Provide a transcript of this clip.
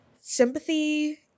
sympathy